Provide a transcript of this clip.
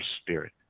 spirit